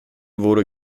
wurde